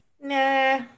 Nah